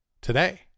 today